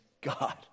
God